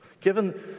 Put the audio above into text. Given